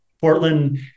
Portland